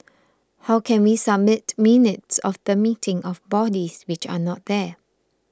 how can we submit minutes of the meeting of bodies which are not there